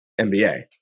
nba